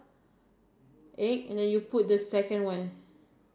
I mean that's where you get the rice water you wash the rice and the water